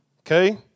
Okay